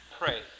Pray